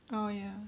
oh ya